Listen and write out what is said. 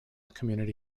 community